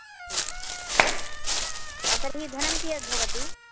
तर्हि धनं कीयत् भवति